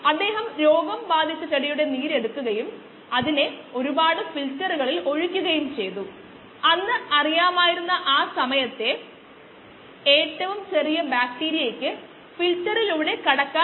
അതിനാൽ ഉപഭോഗം ചെയ്യുന്ന സബ്സ്ട്രേറ്റ് അളവിൽ ഉൽപാദിപ്പിക്കപ്പെടുന്ന സെല്ലുകളുടെ അളവ് ന്യൂമറേറ്ററിലും ഡിനോമിനേറ്ററിലും സാന്ദ്രത ഉപയോഗിച്ച് മാറ്റാം